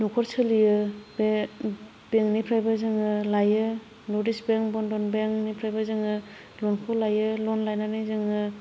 न'खर सोलियो बे बेंकनिफ्रायबो जोङो लायो नर्थ इस्ट बेंक बन्धन बेंकनिफ्रायबो जोङो ल'नखौ लायो ल'न लायनानै जोङो